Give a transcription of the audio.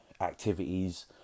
activities